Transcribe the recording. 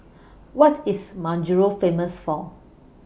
What IS Majuro Famous For